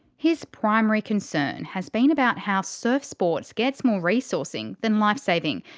his primary concern has been about how surf sports gets more resourcing than life saving,